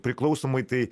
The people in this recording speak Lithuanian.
priklausomai tai